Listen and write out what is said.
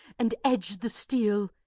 and edged the steel!